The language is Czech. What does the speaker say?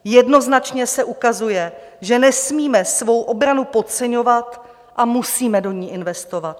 Jednoznačně se ukazuje, že nesmíme svou obranu podceňovat a musíme do ní investovat.